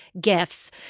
gifts